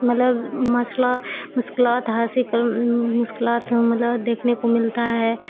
مطلب مسئلہ مشکلات حاصل کر مشکلات مطلب دیکھنے کو ملتا ہے